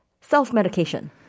self-medication